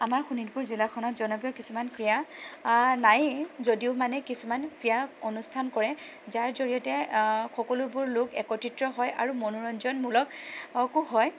আমাৰ শোণিতপুৰ জিলাখনত জনপ্ৰিয় কিছুমান ক্ৰীড়া নায়েই যদিও মানে কিছুমান ক্ৰীড়া অনুষ্ঠান কৰে যাৰ জড়িয়তে সকলোবোৰ লোক একত্ৰিত হয় আৰু মনোৰঞ্জনমূলকো হয়